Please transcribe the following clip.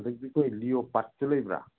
ꯑꯗꯒꯤ ꯑꯩꯈꯣꯏ ꯂꯤꯌꯣꯄꯥꯠꯁꯨ ꯂꯩꯕ꯭ꯔꯥ